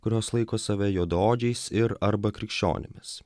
kurios laiko save juodaodžiais ir arba krikščionimis